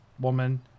Woman